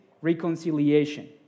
reconciliation